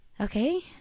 okay